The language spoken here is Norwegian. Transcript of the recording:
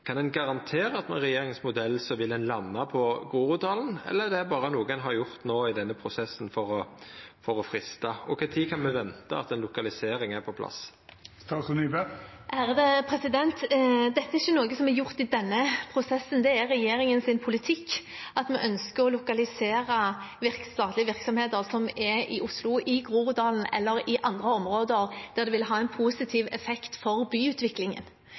Kan ein garantera at ein med regjeringsmodellen vil landa på Groruddalen, eller er det berre noko ein har gjort no i denne prosessen for å freista? Og når kan me venta at ei lokalisering er på plass? Dette er ikke noe som er gjort i denne prosessen, det er regjeringens politikk at vi ønsker å lokalisere statlige virksomheter som er i Oslo, i Groruddalen eller i andre områder der det vil ha en positiv effekt for byutviklingen.